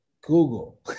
Google